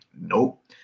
Nope